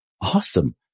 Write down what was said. Awesome